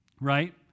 right